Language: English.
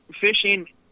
fishing